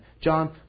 John